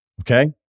Okay